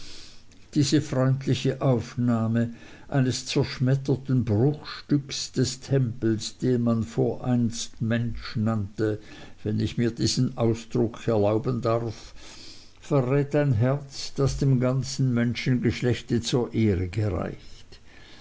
diese freundliche aufnahme eines zerschmetterten bruchstücks des tempels den man voreinst mensch nannte wenn ich mir diesen ausdruck erlauben darf verrät ein herz das dem ganzen menschengeschlecht zur ehre gereicht